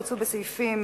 הוצעו בסעיפים